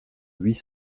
huit